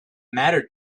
mattered